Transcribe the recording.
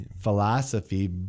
philosophy